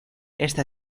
esta